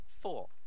four